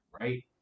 right